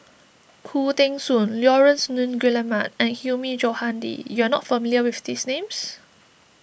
Khoo Teng Soon Laurence Nunns Guillemard and Hilmi Johandi you are not familiar with these names